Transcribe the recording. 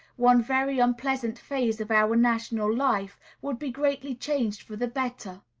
one very unpleasant phase of our national life would be greatly changed for the better.